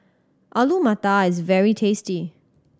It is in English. Alu Matar is very tasty